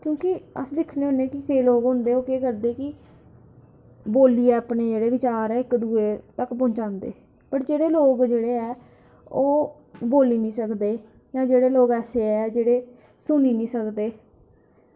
क्योंकि अस दिक्खने होन्ने कि केईं लोग होंदे कि ओह् केह् करदे कि बोलियै अपने जेह्ड़े बचार ऐ इक्क दूऐ तक्कर पजांदे पर जेह्ड़े लोक जेह्ड़े ऐ ओह् बोली निं सकदे जांजेह्ड़े लोग ऐसे ऐ कि जेह्ड़े सुनी निं सकदे